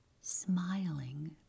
smiling